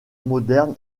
moderne